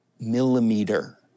millimeter